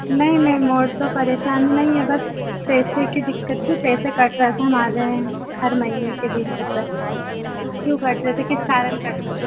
नहीं मैम और तो परेशानी नहीं है बस पैसे की दिक्कत थी पैसे कट रहा था हमारे हर महीने के बीस रुपिए क्यों कट रहे थे किस कारण कट रहे थे